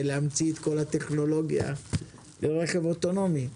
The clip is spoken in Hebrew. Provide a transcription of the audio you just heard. להמציא את כל הטכנולוגיה לרכב אוטונומי.